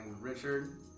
Richard